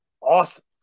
awesome